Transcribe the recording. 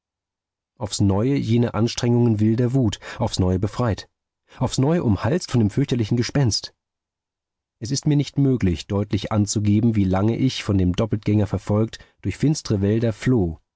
aufs neue jene anstrengungen wilder wut aufs neue befreit aufs neue umhalst von dem fürchterlichen gespenst es ist mir nicht möglich deutlich anzugeben wie lange ich von dem doppeltgänger verfolgt durch finstre wälder floh